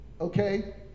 okay